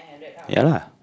ya lah